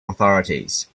authorities